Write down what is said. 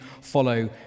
follow